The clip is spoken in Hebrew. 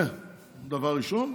זה דבר ראשון.